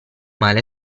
male